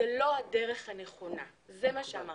זאת לא הדרך הנכונה, זה מה שאמרתי.